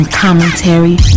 Commentary